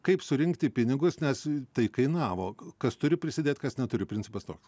kaip surinkti pinigus nes tai kainavo kas turi prisidėt kas neturi principas toks